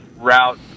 route